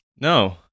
No